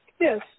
yes